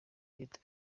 gito